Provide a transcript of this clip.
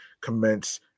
commence